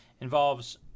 involves